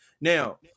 now